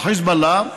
החיזבאללה.